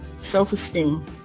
self-esteem